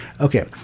Okay